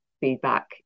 Feedback